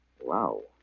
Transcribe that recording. Wow